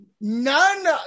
None